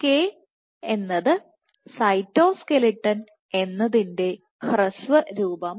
CSK cytoskeleton എന്നതിൻറെ ഹ്രസ്വ രൂപമാണ്